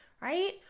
right